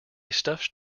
stuffed